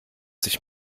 sich